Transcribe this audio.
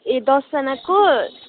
ए दसजनाको